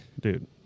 Dude